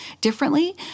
differently